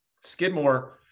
skidmore